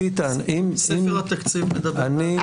ספר התקציב מדבר בפני עצמו.